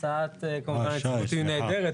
ההצעה כמובן נהדרת.